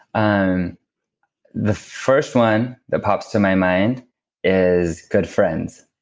and the first one that pops to my mind is good friends.